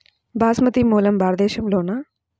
బాస్మతి మూలం భారతదేశంలోనా?